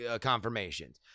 confirmations